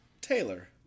Taylor